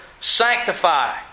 sanctify